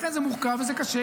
לכן זה מורכב וזה קשה,